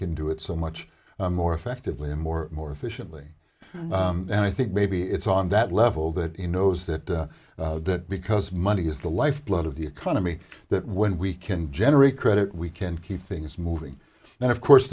can do it so much more effectively and more more efficiently and i think maybe it's on that level that he knows that that because money is the lifeblood of the economy that when we can generate credit we can keep things moving and of course